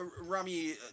Rami